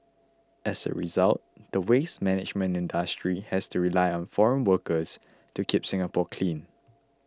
as a result the waste management industry has to rely on foreign workers to keep Singapore clean